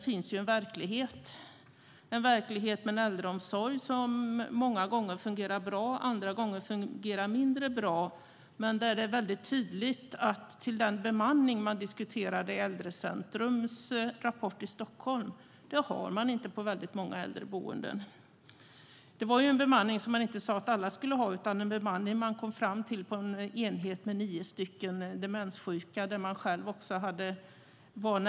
Det är en verklighet med en äldreomsorg som många gånger fungerar bra, andra gånger fungerar mindre bra. Det är tydligt att den fråga om bemanning som diskuteras i Stockholms läns Äldrecentrums rapport inte finns på många äldreboenden. Man sade inte att alla skulle ha en viss bemanning, utan det var fråga om en bemanning som man kom fram till på en enhet för nio demenssjuka.